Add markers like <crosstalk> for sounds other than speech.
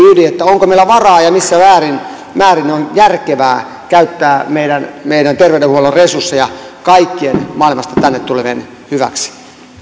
<unintelligible> ydin onko meillä varaa ja ja missä määrin on järkevää käyttää meidän meidän terveydenhuollon resursseja kaikkien maailmasta tänne tulevien hyväksi